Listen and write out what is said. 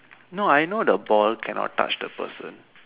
no I know the ball cannot touch the person